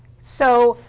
so,